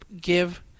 give